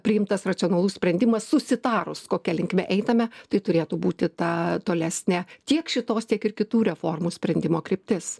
priimtas racionalus sprendimas susitarus kokia linkme einame tai turėtų būti ta tolesnė tiek šitos tiek ir kitų reformų sprendimo kryptis